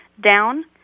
down